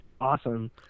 awesome